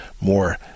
more